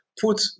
put